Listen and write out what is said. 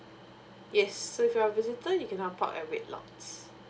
yes so if you are visitor you cannot park at red lots